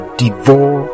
devour